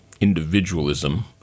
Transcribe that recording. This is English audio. individualism